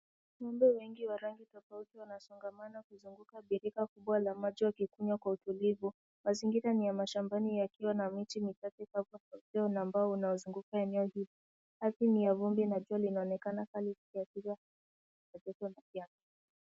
Ng'ombe wengi wa rangi tofauti wanasongamana kuzunguka birika kubwa la maji wakikunywa kwa utulivu. Mazingira ni ya mashambani yakiwa na miti michache kavu ulio na mbao unaozunguka eneo hili. Ardhi ni ya vumbi na jua linaonekana kali likiashiria.